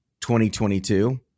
2022